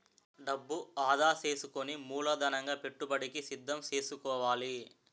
డబ్బు ఆదా సేసుకుని మూలధనంగా పెట్టుబడికి సిద్దం సేసుకోవాలి